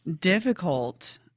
difficult